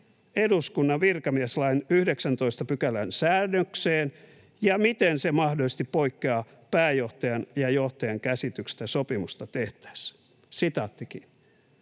eduskunnan virkamieslain 19 §:n säännökseen ja miten se mahdollisesti poikkeaa pääjohtajan ja johtajan käsityksestä sopimusta tehtäessä.” Aivan